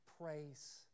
Praise